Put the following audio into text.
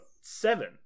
seven